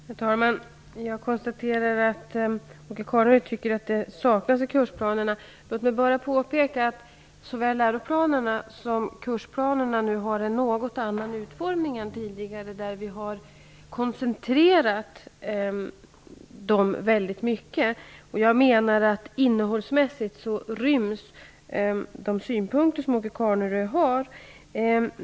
Herr talman! Jag konstaterar att Åke Carnerö tycker att detta saknas i kursplanerna. Låt mig bara påpeka att såväl läroplanerna som kursplanerna nu har en något annan utformning än tidigare. Vi har koncentrerat dem mycket, och jag menar att de synpunkter som Åke Carnerö har innehållsmässigt inryms där.